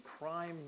prime